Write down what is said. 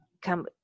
Come